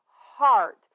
heart